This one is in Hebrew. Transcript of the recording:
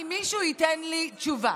אם מישהו ייתן לי תשובה.